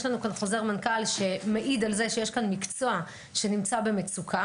יש לנו כאן חוזר מנכ"ל שמעיד על זה שיש כאן מקצוע שנמצא במצוקה.